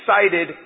excited